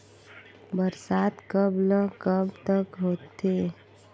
बरसात कब ल कब तक होथे?